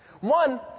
One